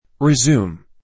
Resume